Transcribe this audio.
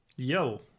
Yo